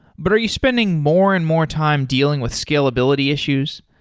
but are you spending more and more time dealing with scalability issues?